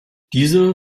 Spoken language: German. diese